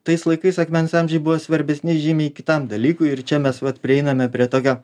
tais laikais akmens amžiuj buvo svarbesni žymiai kitam dalykui ir čia mes vat prieiname prie tokio